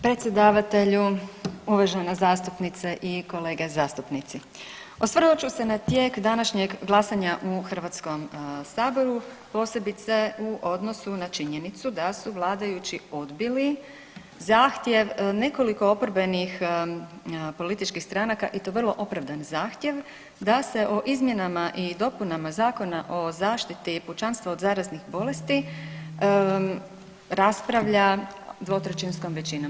Predsjedavatelju, uvažena zastupnice i kolege zastupnice, osvrnut ću se na tijek današnjeg glasanja u Hrvatskom saboru, posebice u odnosu na činjenicu da su vladajući odbili zahtjev nekoliko oporbenih političkih stranaka i to vrlo opravdan zahtjev da se o izmjenama i dopunama Zakona o zaštiti pučanstva od zaraznih bolesti raspravlja 2/3 većinom.